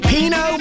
Pino